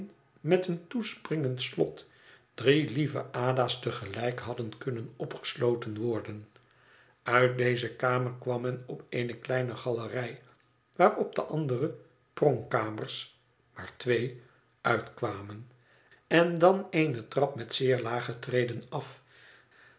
met een toespringend slot drie lieve ada's te gelijk hadden kunnen opgesloten worden uit deze kamer kwam men op eene kleine galerij waarop de andere pronkkamers maar twee uitkwamen en dan eene trap met zeer lage treden af